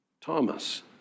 Thomas